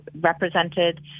represented